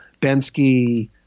Bensky